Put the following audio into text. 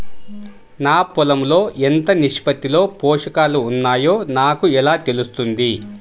నా పొలం లో ఎంత నిష్పత్తిలో పోషకాలు వున్నాయో నాకు ఎలా తెలుస్తుంది?